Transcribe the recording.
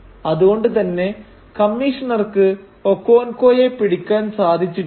അതുകൊണ്ട് തന്നെ കമ്മീഷണർക്ക് ഒക്കോൻകോയെ പിടിക്കാൻ സാധിച്ചിട്ടില്ല